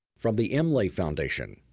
from the imlay foundation,